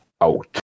out